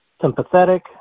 sympathetic